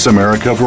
America